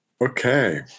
Okay